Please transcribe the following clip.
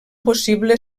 possible